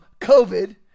COVID